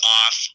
off